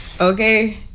Okay